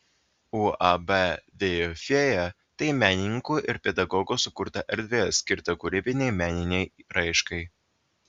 uab vėjų fėja tai menininkų ir pedagogų sukurta erdvė skirta kūrybinei meninei raiškai